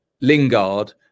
lingard